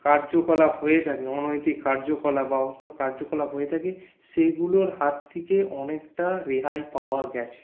কার্যকলাপ হয়ে থাকে অনৈতিক কার্যকলাপ বা অন্য কার্যকলাপ হয়ে থাকে সেগুলোর হাত থেকে অনেকটা রেহাই পাওয়া গেছে